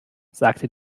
sagte